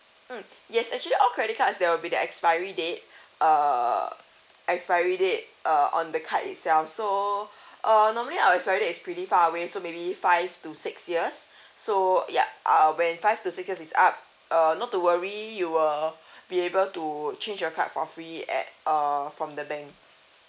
mm yes actually all credit cards there will be the expiry date uh expiry date uh on the card itself so uh normally our expiry date is pretty far away so maybe five to six years so ya uh when five to six years is up err not to worry you will be able to change your card for free at uh from the bank